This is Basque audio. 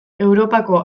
europako